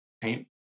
paint